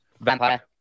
Vampire